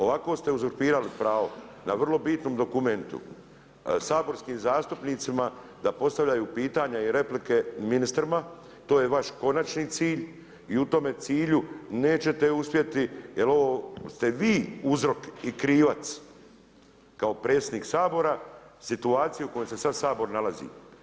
Ovako ste uzurpirali pravo na vrlo bitnom dokumentu, saborskim zastupnicima, da postavljaju pitanja i replike ministrima, to je vaš konačni cilj i u tome cilju nećete uspjeti jer ovo ste vi uzrok i krivac, kao predsjednik Sabora situaciju u kojoj se sad Sabor nalazi.